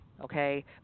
okay